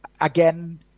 again